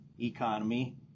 economy